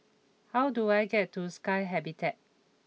how do I get to Sky Habitat